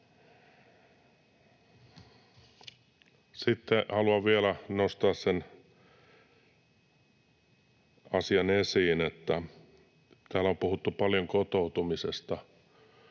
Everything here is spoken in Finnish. Sitten haluan vielä nostaa yhden asian esiin, kun täällä on puhuttu paljon kotoutumisesta.